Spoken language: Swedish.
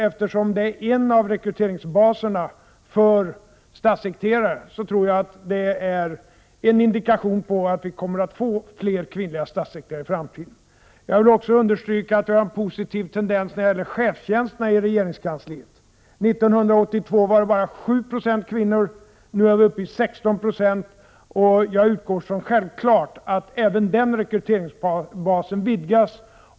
Eftersom detta är en av rekryteringsbaserna för statssekreterare, tror jag att detta är en indikation på att vi kommer att få flera kvinnliga statssekreterare i framtiden. Jag vill också understryka att vi har en positiv tendens när det gäller chefstjänsterna i regeringskansliet. År 1982 var det bara 7 90 kvinnor, nu är det 16 26, och jag utgår självfallet från att även denna rekryteringsbas vidgas.